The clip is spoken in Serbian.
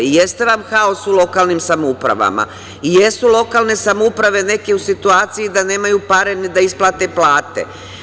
I jeste vam haos u lokalnim samoupravama i jesu lokalne samouprave neke u situaciji da nemaju pare ni da isplate plate.